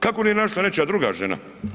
Kako nije našla nečija druga žena?